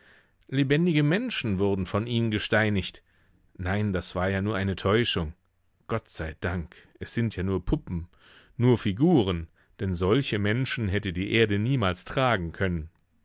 lebendige menschen wurden von ihnen gesteinigt nein das war ja nur eine täuschung gott sei dank es sind ja nur puppen nur figuren denn solche menschen hätte die erde niemals tragen können